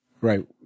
Right